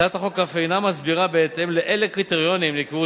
הצעת החוק אף אינה מסבירה בהתאם לאיזה קריטריונים נקבעו